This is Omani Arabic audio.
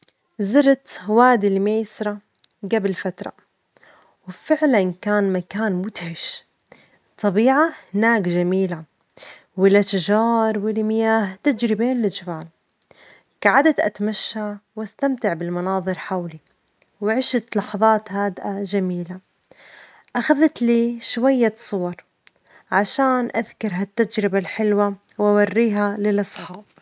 زرت هوادي الميسرة جبل فترة، وفعلاً كان مكان مدهش، طبيعة هناك جميلة، والأشجار والمياه تجري بين الجبال، جعدت أتمشى وأستمتع بالمناظر حولي، وعشت لحظات هادئة وجميلة، أخذت لي شوية صور عشان أذكر هالتجربة الحلوة وأوريها للأصحاب.